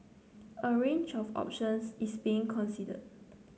a range of options is being considered